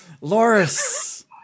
Loris